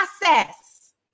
process